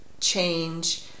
change